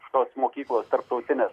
šitos mokyklos tarptautinės